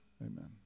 amen